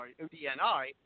ODNI